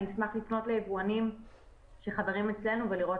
אני אשמח לפנות ליבואנים שחברים אצלנו ולראות